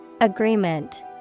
Agreement